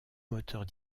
moteurs